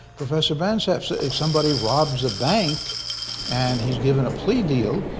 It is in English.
professor banzhaf, so if somebody robs a bank and he's given a plea deal,